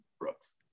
Brooks